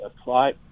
apply